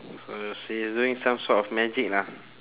so she's doing some sort of magic lah